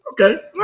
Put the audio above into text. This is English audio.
Okay